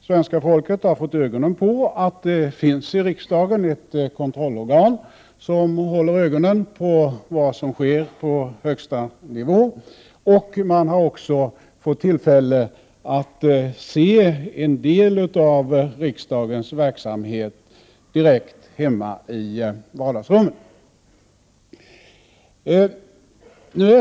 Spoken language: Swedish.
Svenska folket har fått ögonen på att det i riksdagen finns ett kontrollorgan som håller ögonen på vad som sker på högsta nivå. Man har också fått tillfälle att se en del av riksdagens verksamhet, direkt hemma i vardagsrummet.